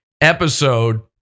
episode